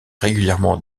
régulièrement